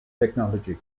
technology